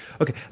okay